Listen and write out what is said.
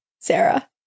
Sarah